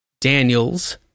Daniels